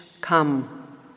come